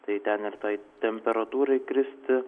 tai ten ir tai temperatūrai kristi